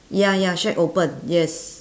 ya ya shack open yes